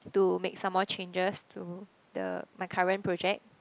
to make some more changes to the my current project